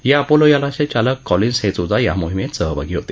या अपोलो यानाचे चालक कॉलिन्स हे सुद्धा या मोहिमेत सहभागी होते